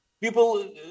People